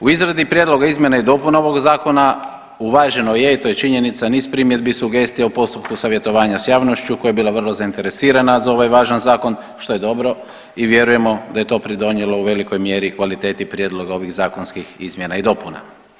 U izradi prijedloga izmjena i dopuna ovog zakona uvaženo je i to je činjenica niz primjedbi, sugestija u postupku savjetovanja sa javnošću koja je bila vrlo zainteresirana za ovaj važan zakon što je dobro i vjerujemo da je to pridonijelo u velikoj mjeri kvaliteti prijedloga ovih zakonskih izmjena i dopuna.